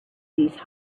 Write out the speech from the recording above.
these